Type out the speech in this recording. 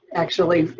actually,